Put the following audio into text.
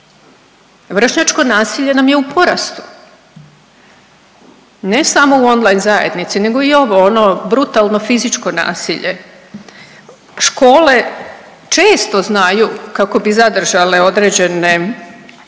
Vršnjačko nasilje nam je u porastu, ne samo u online zajednici, nego i ovo, ono brutalno fizičko nasilje. Škole često znaju kako bi zadržale određene